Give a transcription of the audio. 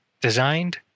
designed